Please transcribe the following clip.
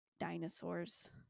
Dinosaurs